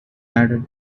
added